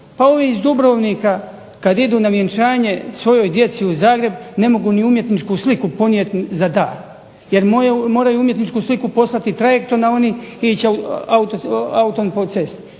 Pa ovi iz Dubrovnika kad idu na vjenčanje svojoj djeci u Zagreb ne mogu ni umjetničku sliku ponijeti za dar jer moraju umjetničku sliku poslati trajektom, a oni ići autom po cesti.